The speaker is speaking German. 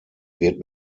wird